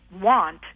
want